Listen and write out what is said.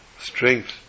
strength